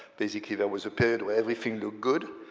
basically there was a period where everything looked good,